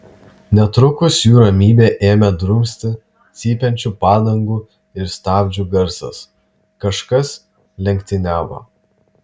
netrukus jų ramybę ėmė drumsti cypiančių padangų ir stabdžių garsas kažkas lenktyniavo